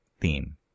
theme